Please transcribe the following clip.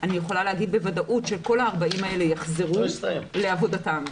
אני יכולה להגיד בוודאות שכל ה-40 האלה יחזרו לעבודתן.